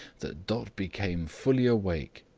that dot became fully awake,